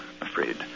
afraid